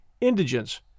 indigence